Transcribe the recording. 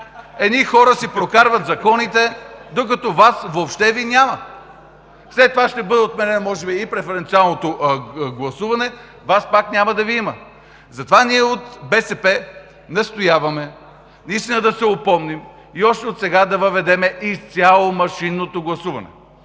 едни хора си прокарват законите, докато Вас въобще Ви няма. След това ще бъде отменено може би и преференциалното гласуване – Вас пак няма да Ви има. Затова ние от „БСП за България“ настояваме да се опомним и още отсега да въведем изцяло машинното гласуване.